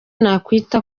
nakwita